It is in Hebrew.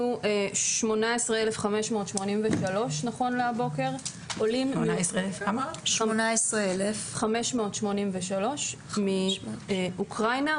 עד הבוקר הגיעו 18,583 עולים מאוקראינה,